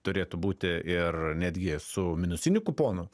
turėtų būti ir netgi su minusiniu kuponu